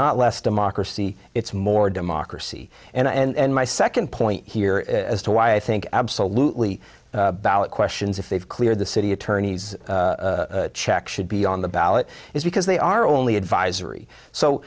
not less democracy it's more democracy and my second point here is as to why i think absolutely ballot questions if they've cleared the city attorney's check should be on the ballot is because they are only advisory so